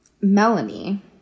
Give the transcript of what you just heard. Melanie